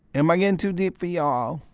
am i getting too deep for y'all?